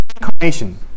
incarnation